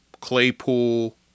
Claypool